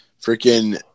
Freaking